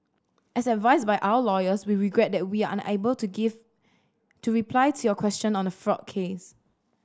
as advised by our lawyers we regret that we are unable to give to reply to your question on the fraud case